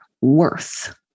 worth